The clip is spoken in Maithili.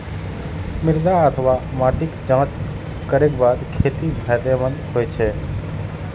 मृदा अथवा माटिक जांच करैक बाद खेती फायदेमंद होइ छै